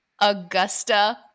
Augusta